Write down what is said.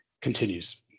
continues